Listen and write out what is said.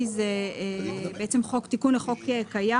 כי זה בעצם תיקון לחוק קיים.